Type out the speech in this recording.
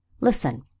Listen